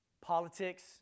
politics